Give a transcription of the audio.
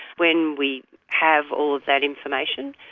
when we have all of that information,